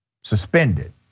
Suspended